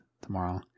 tomorrow